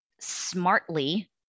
smartly